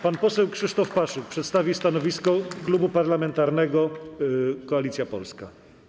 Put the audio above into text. Pan poseł Krzysztof Paszyk przedstawi stanowisko Klubu Parlamentarnego Koalicja Polska.